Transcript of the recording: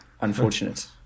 Unfortunate